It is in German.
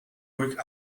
ruhig